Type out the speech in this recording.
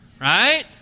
right